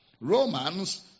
Romans